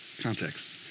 Context